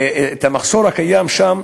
המחסור קיים שם